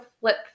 flip